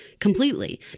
completely